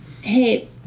Hey